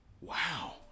Wow